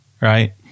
Right